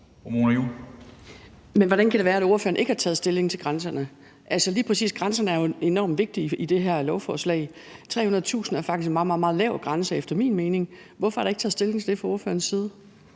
hvordan kan det være, at ordføreren ikke har taget stilling til grænserne? Altså, lige præcis grænserne er jo enormt vigtige i det her lovforslag. 300.000 kr. er faktisk en meget, meget lav grænse efter min mening. Hvorfor er der ikke taget stilling til det fra ordførerens side?